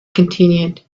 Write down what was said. continued